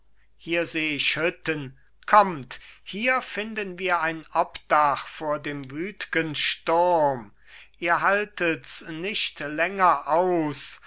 hier seh ich hütten kommt hier finden wir ein obdach vor dem wütgen sturm ihr haltets nicht länger aus